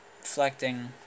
reflecting